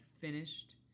finished